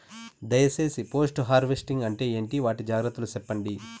దయ సేసి post harvesting అంటే ఏంటి? వాటి జాగ్రత్తలు సెప్పండి?